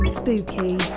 Spooky